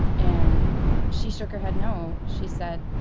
and she shook her head no. she said,